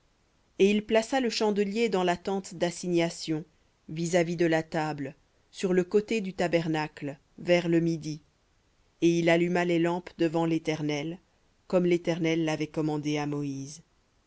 et il plaça le chandelier dans la tente d'assignation vis-à-vis de la table sur le côté du tabernacle vers le midi et il alluma les lampes devant l'éternel comme l'éternel l'avait commandé à moïse